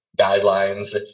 guidelines